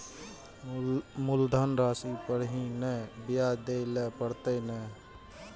मुलधन राशि पर ही नै ब्याज दै लै परतें ने?